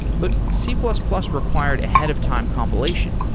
but c plus plus required ahead of time compilation.